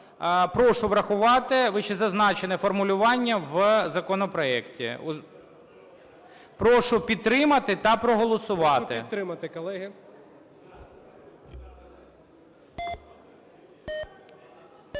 прошу врахувати вищезазначене формулювання в законопроекті. Прошу підтримати та проголосувати.